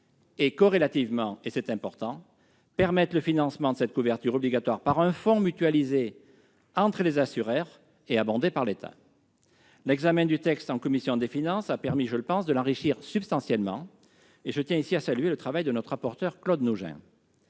; corrélativement- c'est important -, permettre le financement de cette couverture obligatoire par un fonds, mutualisé entre les assureurs et abondé par l'État. L'examen du texte en commission des finances a permis de l'enrichir substantiellement et je tiens ici à saluer le travail de notre rapporteur, Claude Nougein.